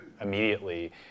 immediately